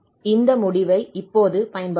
இந்த முடிவை இப்போது பயன்படுத்துவோம்